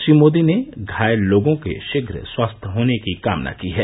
श्री मोदी ने घायल लोगों के शीघ्र स्वस्थ होने की भी कामना की है